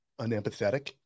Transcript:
unempathetic